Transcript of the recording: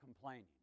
complaining